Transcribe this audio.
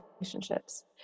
relationships